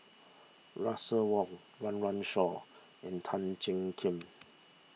Russel Wong Run Run Shaw and Tan Jiak Kim